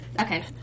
Okay